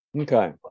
Okay